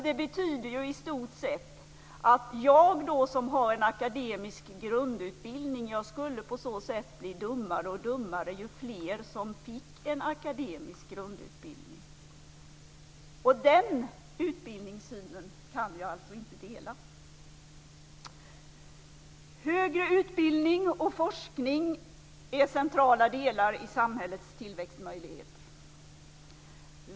Det betyder i stort sett att den som har en akademisk grundutbildning på så sätt skulle bli dummare och dummare ju fler som fick en akademisk grundutbildning. Den utbildningssynen kan jag inte dela. Högre utbildning och forskning är centrala delar i samhällets tillväxtmöjligheter.